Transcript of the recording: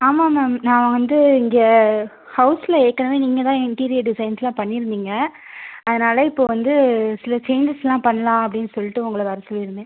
ஆமாம் மேம் நான் வந்து இங்கே ஹவுஸ்ஸில் ஏற்கனவே நீங்கள் தான் இன்டீரியர் டிசைன்ஸ்லாம் பண்ணிருந்தீங்க அதனால் இப்போ வந்து சில சேஞ்சஸ்லாம் பண்ணலாம் அப்படின் சொல்லிட்டு உங்களை வர சொல்லியிருந்தேன்